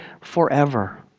forever